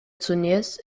zunächst